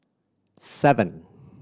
seven